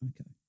Okay